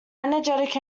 energetic